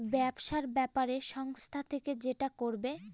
ব্যবসার ব্যাপারে সংস্থা থেকে যেটা করবে